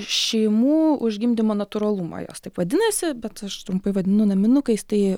šeimų už gimdymo natūralumą jos taip vadinasi bet aš trumpai vadinu naminukais tai